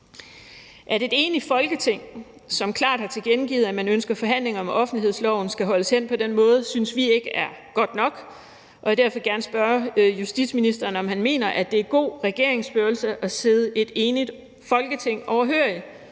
At et enigt Folketing, som klart har tilkendegivet, at man ønsker forhandlinger om offentlighedsloven, skal holdes hen på den måde, synes vi ikke er godt nok, og jeg vil derfor gerne spørge justitsministeren, om han mener, at det er god regeringsførelse at sidde et enigt Folketing overhørig.